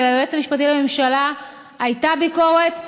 וליועץ המשפטי לממשלה הייתה ביקורת,